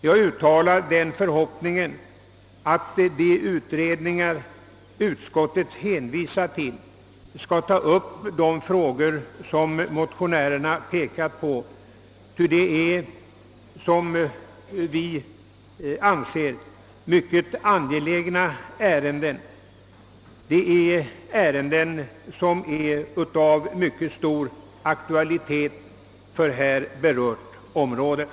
Jag uttalar förhoppningen att de utredningar som utskottet hänvisat till skall ta upp de frågor som vi motionärer aktualiserat — ärenden av mycket hög angelägenhetsgrad och stor aktualitet för det ifrågavarande området.